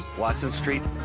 watson street,